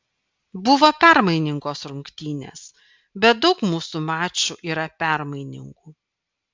buvo permainingos rungtynės bet daug mūsų mačų yra permainingų